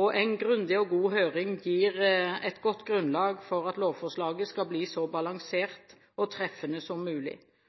og en grundig og god høring gir et godt grunnlag for at lovforslaget skal bli så balansert og treffende som mulig.